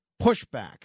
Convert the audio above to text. pushback